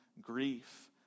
grief